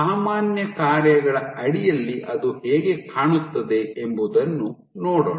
ಸಾಮಾನ್ಯ ಕಾರ್ಯಗಳ ಅಡಿಯಲ್ಲಿ ಅದು ಹೇಗೆ ಕಾಣುತ್ತದೆ ಎಂಬುದನ್ನು ನೋಡೋಣ